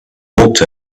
walked